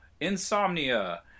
insomnia